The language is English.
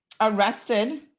arrested